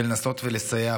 ולנסות לסייע,